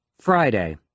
Friday